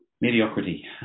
Mediocrity